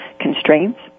constraints